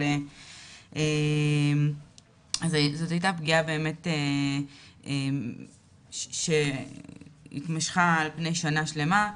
אבל זאת הייתה פגיעה באמת שהתמשכה על פני שנה שלמה,